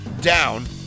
down